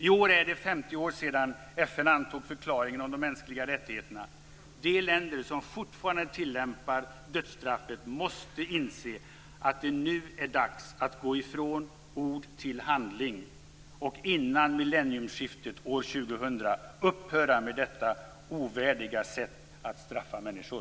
I år är det 50 år sedan FN antog förklaringen om de mänskliga rättigheterna. De länder som fortfarande tillämpar dödsstraffet måste inse att det nu är dags att gå från ord till handling och innan millennieskiftet år 2000 upphöra med detta ovärdiga sätt att straffa människor.